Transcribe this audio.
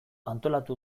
antolatu